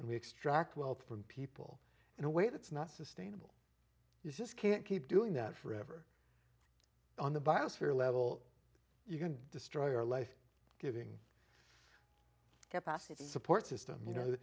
and we extract wealth from people in a way that's not sustainable you just can't keep doing that forever on the biosphere level you can destroy your life giving get past its support system you know